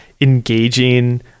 engaging